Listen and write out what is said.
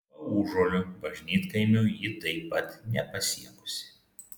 paužuolių bažnytkaimio ji taip pat nepasiekusi